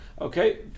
Okay